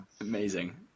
Amazing